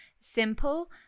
simple